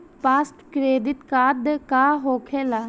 Fast credit का होखेला?